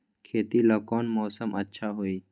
खेती ला कौन मौसम अच्छा होई?